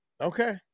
okay